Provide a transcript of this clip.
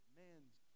man's